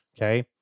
Okay